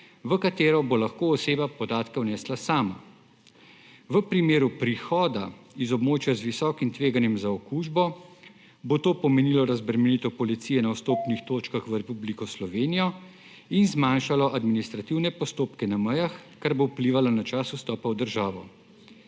v katero bo lahko oseba podatke vnesla sama. V primeru prihoda iz območja z visokim tveganjem za okužbo bo to pomenilo razbremenitev policije na vstopnih točkah v Republiko Slovenijo in zmanjšalo administrativne postopke na mejah, kar bo vplivalo na čas vstopa v državo.